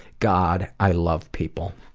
god i love people.